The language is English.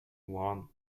one